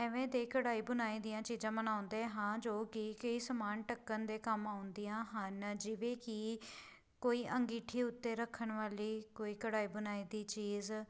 ਐਵੇਂ ਦੇ ਕਢਾਈ ਬਣਾਈ ਦੀਆਂ ਚੀਜ਼ਾਂ ਬਣਾਉਂਦੇ ਹਾਂ ਜੋ ਕਿ ਕਈ ਸਮਾਨ ਢੱਕਣ ਦੇ ਕੰਮ ਆਉਂਦੀਆਂ ਹਨ ਜਿਵੇਂ ਕਿ ਕੋਈ ਅੰਗੀਠੀ ਉੱਤੇ ਰੱਖਣ ਵਾਲੀ ਕੋਈ ਕਢਾਈ ਬੁਣਾਈ ਦੀ ਚੀਜ਼